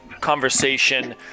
conversation